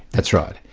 that's right.